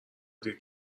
دیر